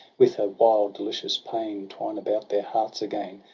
with a wild delicious pain, twine about their hearts again!